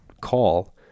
call